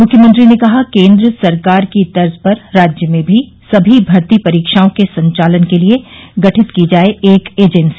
मुख्यमंत्री ने कहा केन्द्र सरकार की तर्ज पर राज्य में भी समी भर्ती परीक्षाओं के संचालन के लिये गठित की जाये एक एजेंसी